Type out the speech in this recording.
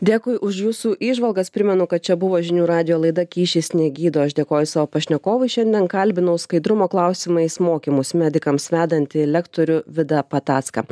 dėkui už jūsų įžvalgas primenu kad čia buvo žinių radijo laida kyšis negydo aš dėkoju savo pašnekovui šiandien kalbinau skaidrumo klausimais mokymus medikams vedantį lektorių vida patacką